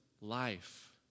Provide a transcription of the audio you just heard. life